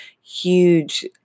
huge